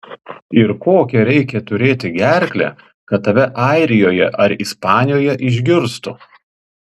ir kokią reikia turėti gerklę kad tave airijoje ar ispanijoje išgirstų